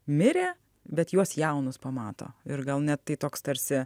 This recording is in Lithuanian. mirė bet juos jaunus pamato ir gal net tai toks tarsi